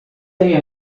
tem